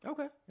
Okay